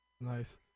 Nice